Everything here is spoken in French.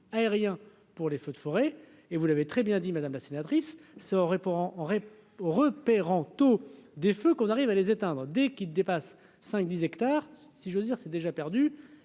aérien pour les feux de forêt, et vous l'avez très bien dit Madame la sénatrice, ça aurait pour en en repérant tous des feux qu'on arrive à les éteindre dès qu'il dépasse 5 10 hectares, si j'ose dire c'est déjà perdu